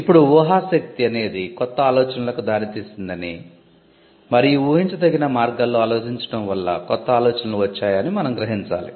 ఇప్పుడు ఊహా శక్తి అనేది కొత్త ఆలోచనలకు దారితీసిందని మరియు ఊహించదగిన మార్గాల్లో ఆలోచించడం వల్ల కొత్త ఆలోచనలు వచ్చాయని మనం గ్రహించాలి